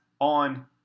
on